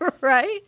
Right